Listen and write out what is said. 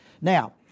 Now